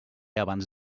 abans